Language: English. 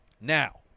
now